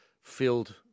filled